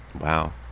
Wow